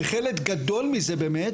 וחלק גדול מזה באמת,